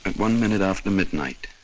and one minute after midnight,